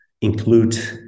include